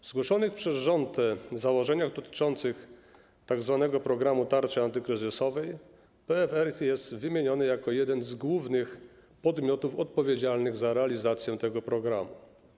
W zgłoszonych przez rząd założeniach dotyczących tzw. programu tarczy antykryzysowej PFR jest wymieniony jako jeden z głównych podmiotów odpowiedzialnych za realizację tego programu.